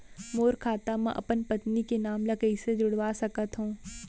मोर खाता म अपन पत्नी के नाम ल कैसे जुड़वा सकत हो?